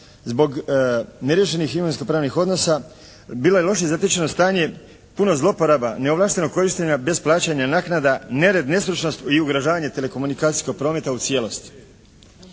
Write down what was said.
zbog neriješenih imovinsko-pravnih odnosa. Bilo je loše zatečeno stanje. Puno zlouporaba. Neovlaštenog korištenja bez plaćanja, nered, nestručnost i ugrožavanje telekomunikacijskog prometa u cijelosti.